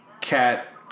cat